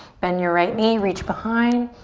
bend your right knee, reach behind.